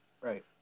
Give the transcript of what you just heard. Right